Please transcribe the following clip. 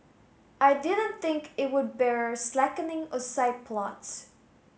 I didn't think it would bear slackening or side plots